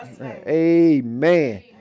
Amen